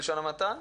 בלשון המעטה,